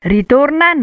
Ritorna